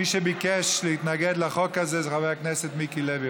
מי שביקש להתנגד לחוק הזה, חבר הכנסת מיקי לוי,